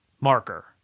marker